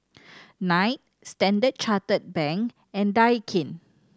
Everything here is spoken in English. Knight Standard Chartered Bank and Daikin